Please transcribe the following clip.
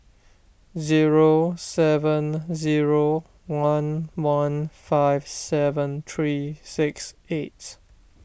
zero seven zero one one five seven three six eight